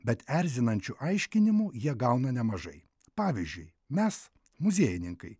bet erzinančių aiškinimų jie gauna nemažai pavyzdžiui mes muziejininkai